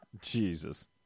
Jesus